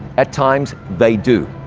at times they do.